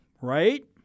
right